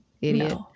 Idiot